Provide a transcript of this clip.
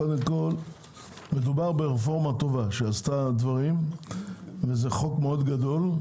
קודם כל מדובר ברפורמה טובה שעשתה דברים וזה חוק מאוד גדול.